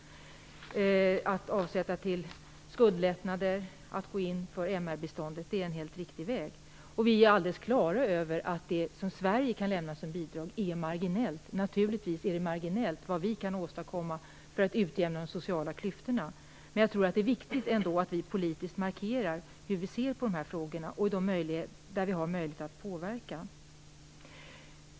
Att avsätta till skuldlättnader och att gå in för MR-bistånd är en helt riktig väg. Vi är alldeles klara över att det som Sverige kan lämna i bidrag är marginellt. Naturligtvis är också det som vi kan åstadkomma för att utjämna de sociala klyftorna marginellt, men jag tror ändå att det är viktigt att vi politiskt markerar hur vi ser på de här frågorna, där vi har möjlighet att påverka.